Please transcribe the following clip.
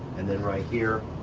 and then right here